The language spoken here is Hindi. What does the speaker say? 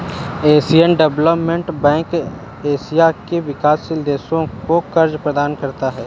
एशियन डेवलपमेंट बैंक एशिया के विकासशील देशों को कर्ज प्रदान करता है